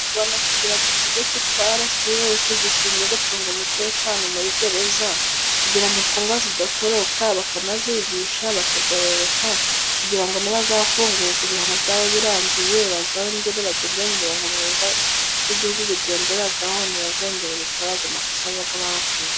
Mu Rwanda tugira ikigo cyitwa arasiyesi, gishinzwe gucunga umutekano muri gereza, kugira ngo imfungwa zidatoroka, bakabigisha bakagororoka kugira ngo nibazafungurwa ibihano byabo birangiye, bazongere bagende mu muronko mwiza w'igihugu ugenderaho, ntibazongere gukora ayo makosa baba barakoze.